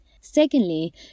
secondly